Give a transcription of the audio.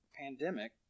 pandemic